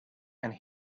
and